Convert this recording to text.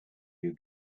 you